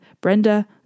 Brenda